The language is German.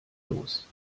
los